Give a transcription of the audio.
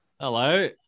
Hello